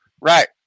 Right